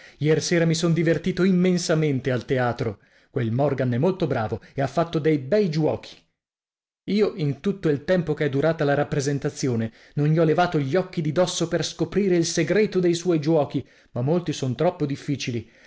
iersera mi son divertito immensamente al teatro quel morgan è molto bravo e ha fatto dei bei giuochi io in tutto il tempo che è durata la rappresentazione non gli ho levato gli occhi di dosso per scoprire il segreto dei suoi giuochi ma molti son troppo difficili